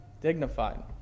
dignified